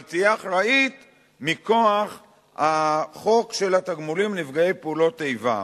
אבל תהיה אחראית מכוח החוק של התגמולים לנפגעי פעולות איבה.